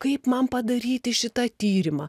kaip man padaryti šitą tyrimą